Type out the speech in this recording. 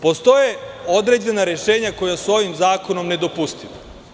Postoje određena rešenja koja su ovim zakonom nedopustiva.